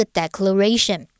declaration